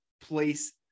place